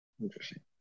Interesting